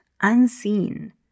unseen